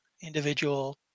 individual